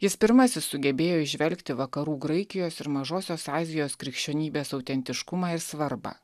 jis pirmasis sugebėjo įžvelgti vakarų graikijos ir mažosios azijos krikščionybės autentiškumą ir svarbą